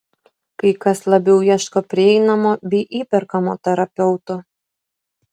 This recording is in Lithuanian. kai kas labiau ieško prieinamo bei įperkamo terapeuto